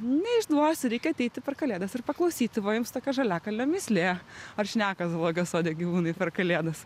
neišduosiu reikia ateiti per kalėdas ir paklausyti va jums tokia žaliakalnio mįslė ar šneka zoologijos sode gyvūnai per kalėdas